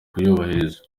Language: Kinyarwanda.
kubyubahiriza